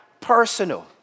personal